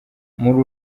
muri